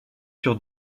sur